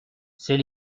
c’est